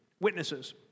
witnesses